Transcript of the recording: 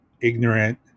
ignorant